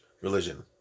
religion